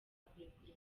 kurekura